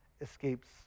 escapes